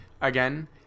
again